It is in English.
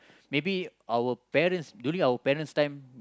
maybe our parents during our parents time